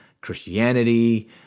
Christianity